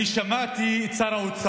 אחרי זה, אני שמעתי את שר האוצר,